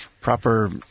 proper